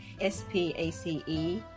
S-P-A-C-E